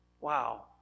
Wow